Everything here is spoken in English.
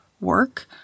work